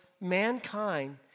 mankind